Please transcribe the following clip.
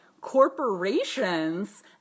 Corporations